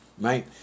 right